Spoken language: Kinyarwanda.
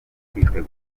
kwitegura